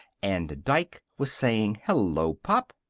and dike was saying, hello, pop.